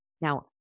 Now